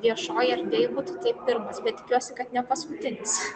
viešoj erdvėj būtų tai pirmas bet tikiuosi kad ne paskutinis